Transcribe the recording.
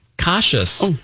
cautious